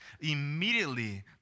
Immediately